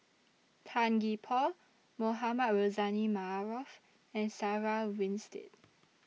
Tan Gee Paw Mohamed Rozani Maarof and Sarah Winstedt